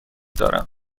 دارم